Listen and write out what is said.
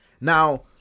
Now